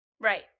Right